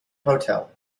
hotel